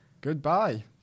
Goodbye